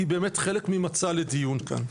כי היא באמת חלק ממצע לדיון כאן.